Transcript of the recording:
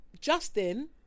Justin